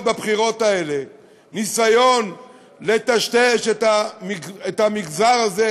בבחירות האלה ניסיון לטשטש את המגזר הזה,